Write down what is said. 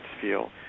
feel